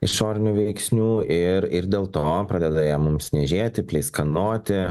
išorinių veiksnių ir ir dėl to pradeda ją mums niežėti pleiskanoti